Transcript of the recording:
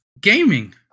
gaming